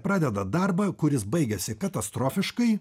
pradeda darbą kuris baigiasi katastrofiškai